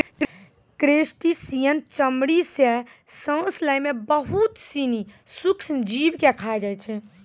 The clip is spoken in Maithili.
क्रेस्टिसियन चमड़ी सें सांस लै में बहुत सिनी सूक्ष्म जीव के खाय जाय छै